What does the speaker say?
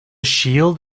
shield